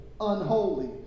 unholy